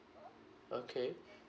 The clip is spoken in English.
okay